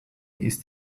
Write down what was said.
ist